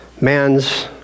man's